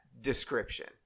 description